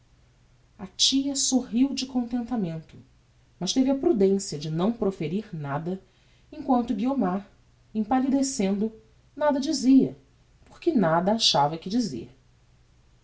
a tia sorriu de contentamento mas teve a prudencia de não proferir nada emquanto guiomar empallidecendo nada dizia porque nada achava que dizer